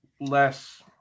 less